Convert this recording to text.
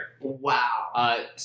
wow